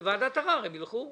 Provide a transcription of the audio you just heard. לוועדת ערר הם ילכו.